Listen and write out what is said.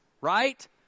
right